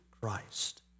Christ